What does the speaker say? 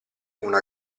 una